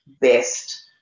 best